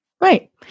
Right